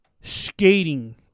skating